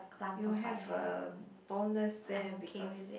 you have a bonus there because